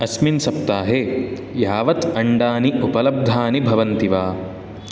अस्मिन् सप्ताहे यावत् अण्डानि उपलब्धानि भवन्ति वा